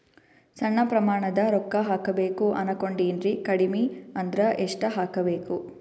ಸಣ್ಣ ಪ್ರಮಾಣದ ರೊಕ್ಕ ಹಾಕಬೇಕು ಅನಕೊಂಡಿನ್ರಿ ಕಡಿಮಿ ಅಂದ್ರ ಎಷ್ಟ ಹಾಕಬೇಕು?